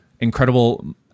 incredible